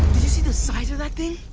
did you see the size of that thing?